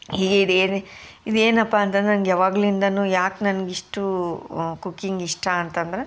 ಹೀಗೆ ಇದೇನೇ ಇದು ಏನಪ್ಪ ಅಂತಂದ್ರೆ ನಂಗೆ ಯಾವಾಗ್ಲಿಂದನೂ ಯಾಕೆ ನನ್ಗೆ ಇಷ್ಟು ಕುಕ್ಕಿಂಗ್ ಇಷ್ಟ ಅಂತಂದರೆ